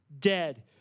dead